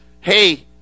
hey